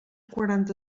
quaranta